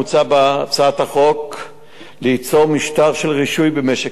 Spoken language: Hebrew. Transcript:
מוצע בהצעת החוק ליצור משטר של רישוי במשק